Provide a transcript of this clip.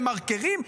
ממרקרים,